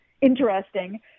interesting